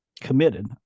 committed